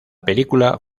película